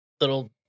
little